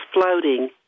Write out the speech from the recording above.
floating